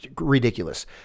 ridiculous